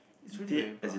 is really very broad